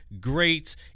great